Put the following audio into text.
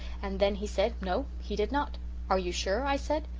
and then he said, no, he did not are you sure i said.